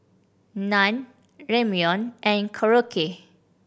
Naan Ramyeon and Korokke